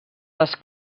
les